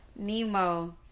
Nemo